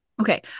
Okay